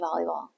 volleyball